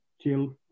chill